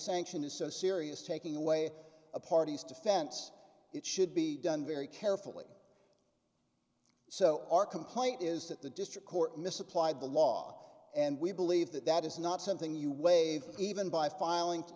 sanction is so serious taking away a party's defense it should be done very carefully so our complaint is that the district court misapplied the law and we believe that that is not something you waive even by filing